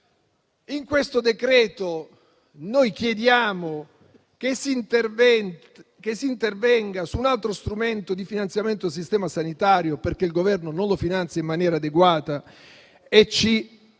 In questo decreto-legge chiediamo che si intervenga su un altro strumento di finanziamento del sistema sanitario, perché il Governo non lo finanzia in maniera adeguata; facciamo